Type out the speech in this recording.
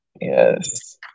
Yes